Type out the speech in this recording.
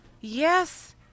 Yes